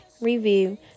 review